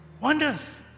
wonders